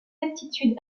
aptitude